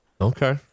Okay